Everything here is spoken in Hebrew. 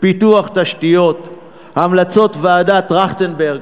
פיתוח תשתיות, המלצות ועדת-טרכטנברג,